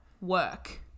work